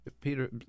Peter